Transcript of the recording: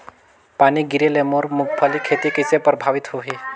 पानी गिरे ले मोर मुंगफली खेती कइसे प्रभावित होही?